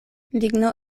ligno